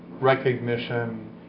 recognition